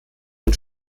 und